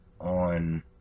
on